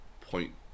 point